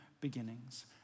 beginnings